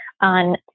On